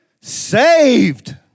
Saved